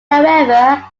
however